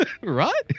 Right